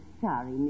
sorry